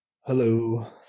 Hello